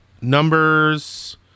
Numbers